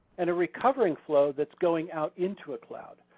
and a recovering flow that's going out into a cloud.